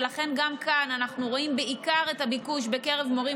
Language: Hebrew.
ולכן גם כאן אנחנו רואים בעיקר את הביקוש בקרב מורים